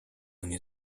nie